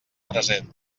freser